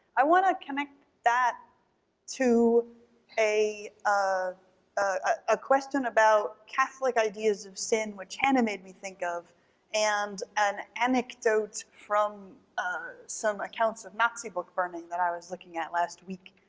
i want to connect that to a ah question about catholic ideas of sin which hannah made me think of and an anecdote from some accounts of nazi book burning that i was looking at last week.